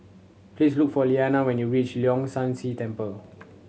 please look for Lillianna when you reach Leong San See Temple